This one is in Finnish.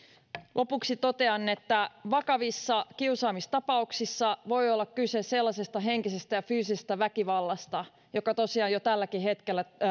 lopuksi totean että vakavissa kiusaamistapauksissa voi olla kyse sellaisesta henkisestä ja fyysisestä väkivallasta joka tosiaan jo tälläkin hetkellä